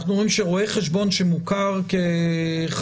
אנחנו רואים שרואה חשבון שמוכר כחבר